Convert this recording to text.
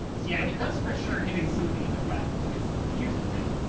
yeah, he was for sure hitting some of the other bad boys. here's the thing.